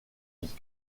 vie